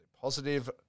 Positive